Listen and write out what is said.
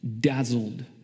dazzled